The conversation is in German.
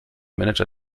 manager